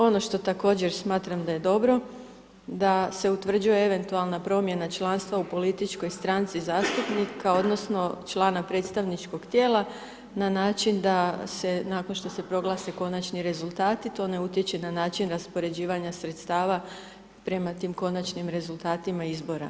Ono što također smatram da je dobro da se utvrđuje eventualna promjena članstva u političkoj stranci zastupnika odnosno člana predstavničkog tijela na način da se nakon što se proglase konačni rezultati to ne utječe na način raspoređivanja sredstava prema tim konačnim rezultatima izbora.